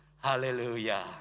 Hallelujah